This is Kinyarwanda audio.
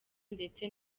ndetse